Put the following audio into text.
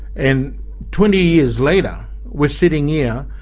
and twenty years later we're sitting yeah